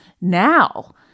now